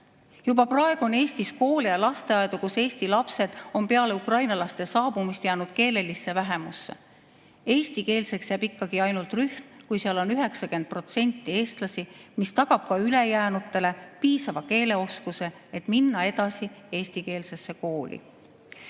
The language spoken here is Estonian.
Juba praegu on Eestis koole ja lasteaedu, kus eesti lapsed on peale Ukraina laste saabumist jäänud keelelisse vähemusse. Eestikeelseks jääb rühm ainult siis, kui seal on vähemalt 90% eestlasi, mis tagab ka ülejäänutele piisava keeleoskuse, et minna edasi eestikeelsesse kooli.